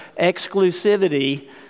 exclusivity